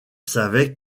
savaient